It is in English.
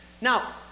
Now